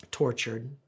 tortured